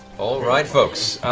all right folks.